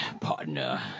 partner